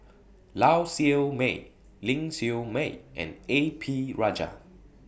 Lau Siew Mei Ling Siew May and A P Rajah